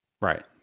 Right